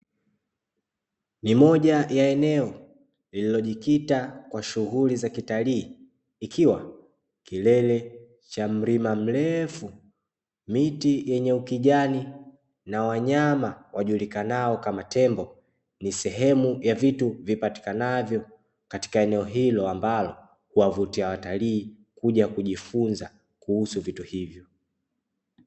Ni moja ya eneo lililojikita kwa shughuli za kitalii ikiwa kilele cha mlima mrefu, miti yenye ukijani na wanyama wajulikanao kama tembo. Ni sehemu ya vitu vipatikanavyo katika eneo hilo ambalo huwavutia watalii kuja kujifunza kuhusu vitu hivyo.